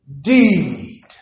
deed